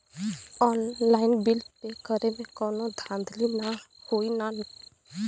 Online bill pay करे में कौनो धांधली ना होई ना?